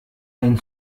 ein